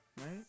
right